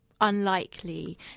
unlikely